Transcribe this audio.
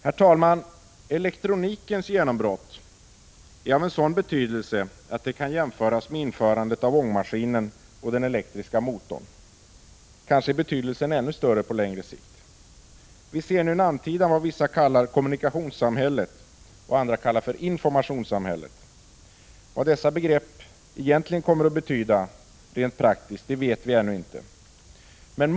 Herr talman! Elektronikens genombrott är av sådan betydelse att det kan jämföras med införandet av ångmaskinen och den elektriska motorn. Kanske är elektronikens betydelse ännu större på längre sikt. Vi ser nu en antydan om vad vissa kallar kommunikationssamhälle och andra kallar informationssamhälle. Vi vet ännu inte vad dessa begrepp rent praktiskt egentligen kommer att betyda.